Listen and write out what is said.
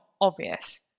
obvious